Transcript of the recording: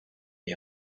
the